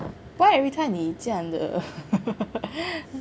why every time 你这样的